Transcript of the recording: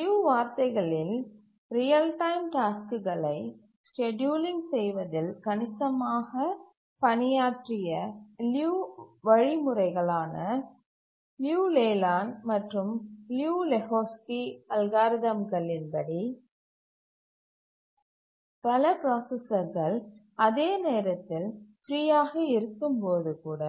லியுவின் வார்த்தைகளில் real time டாஸ்க்குகளை scheduling செய்வதில் கணிசமாக பணியாற்றிய லியு வழிமுறைகளான லியு லேலேண்ட் மற்றும் லியு லெஹோஸ்கி அல்காரிதங்கலின் படி பல பிராசசர்கல் அதே நேரத்தில் ஃப்ரீ ஆக இருக்கும்போது கூட